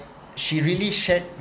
she really shared